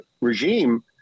regime